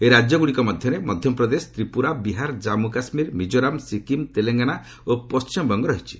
ଏହି ରାଜ୍ୟଗୁଡ଼ିକ ମଧ୍ୟରେ ମଧ୍ୟପ୍ରଦେଶ ତ୍ରିପୁରା ବିହାର ଜାମ୍ମୁ କାଶ୍ମୀର ମିଳୋରାମ୍ ଶିକିମ୍ ତେଲଙ୍ଗାନା ଓ ପଣ୍ଟିମବଙ୍ଗ ରହିଛି